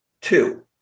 two